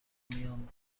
میان